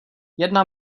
jedna